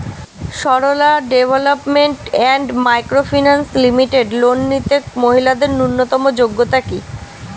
Sarala development and micro finance limited loan নিতে মহিলাদের ন্যূনতম যোগ্যতা কী?